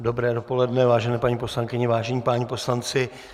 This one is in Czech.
Dobré dopoledne, vážené paní poslankyně, vážení páni poslanci.